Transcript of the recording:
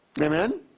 Amen